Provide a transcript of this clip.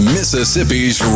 Mississippi's